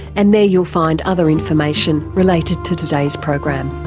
and there you'll find other information related to today's program.